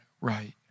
right